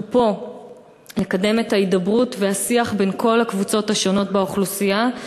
אנחנו פה כדי לקדם את ההידברות והשיח בין כל הקבוצות השונות באוכלוסייה.